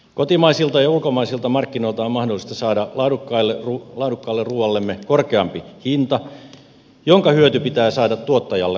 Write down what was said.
kotimaisilta ja ulkomaisilta markkinoilta on mahdollista saada laadukkaalle ruoallemme korkeampi hinta jonka hyöty pitää saada tuottajalle asti